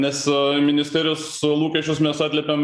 nes ministerijos lūkesčius mes atliepiam